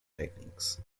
techniques